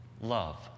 Love